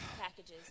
packages